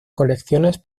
colecciones